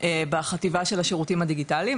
בחטיבה של השירותים הדיגיטליים.